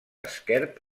esquerp